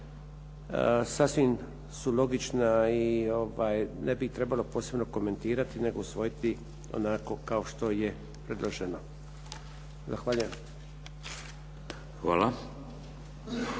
sasvim su logična i ne bi ih trebalo posebno komentirati nego usvojiti onako kao što je predloženo. Zahvaljujem.